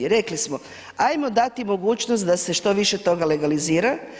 Rekli smo – hajmo dati mogućnost da se što više toga legalizira.